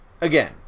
Again